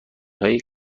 های